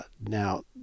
Now